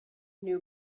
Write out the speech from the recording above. new